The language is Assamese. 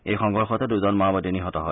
এই সংঘৰ্ষতে দুজন মাওবাদী নিহত হয়